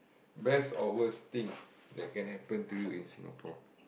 best or worse thing that can happen to you in Singapore